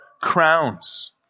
crowns